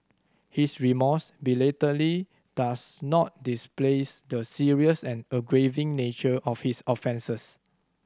his remorse belatedly does not displace the serious and aggravating nature of his offences